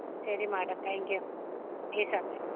ശരി madam thank you